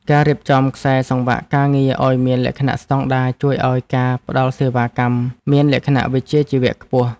ការរៀបចំខ្សែសង្វាក់ការងារឱ្យមានលក្ខណៈស្តង់ដារជួយឱ្យការផ្ដល់សេវាកម្មមានលក្ខណៈវិជ្ជាជីវៈខ្ពស់។